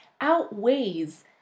outweighs